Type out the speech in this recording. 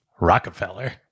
Rockefeller